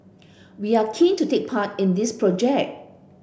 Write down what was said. we are keen to take part in this project